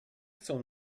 chcą